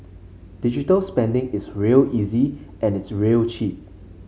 digital spending is real easy and it's real cheap